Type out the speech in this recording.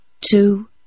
two